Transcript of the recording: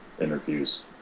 interviews